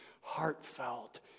heartfelt